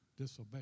disobey